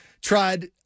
tried